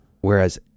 Whereas